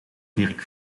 dirk